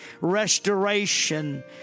restoration